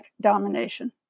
domination